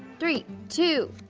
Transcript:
three, two,